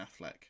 Affleck